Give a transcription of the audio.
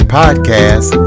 podcast